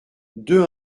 deux